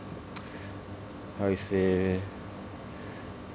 how you say